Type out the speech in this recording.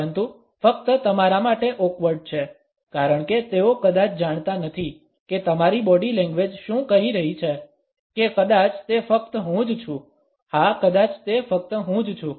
પરંતુ ફક્ત તમારા માટે ઓક્વર્ડ છે કારણ કે તેઓ કદાચ જાણતા નથી કે તમારી બોડી લેંગ્વેજ શું કહી રહી છે કે કદાચ તે ફક્ત હું જ છું હા કદાચ તે ફક્ત હું જ છું